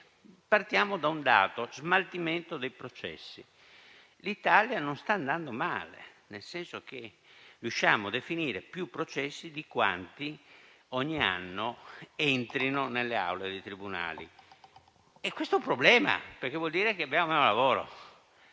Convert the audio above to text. Partiamo da un dato: lo smaltimento dei processi. L'Italia non sta andando male, nel senso che riusciamo a definire più processi di quanti ogni anno entrino nelle aule dei tribunali. Questo è un problema, perché vuol dire che abbiamo meno lavoro,